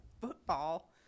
football